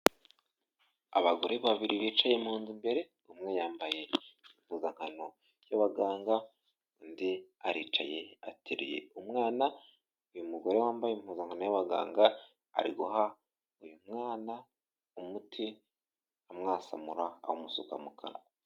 Abagore babiri bicaye mu nzu imbere umwe yambaye impuzankano y'abaganga undi aricaye ateruye umwana, uyu mugore wambaye impuzankano y'abaganga ari guha uyu mwana umuti amwasamura amusuka mu kanwa.